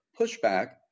pushback